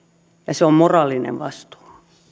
ja se on moraalinen vastuu